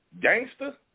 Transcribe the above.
gangster